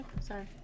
sorry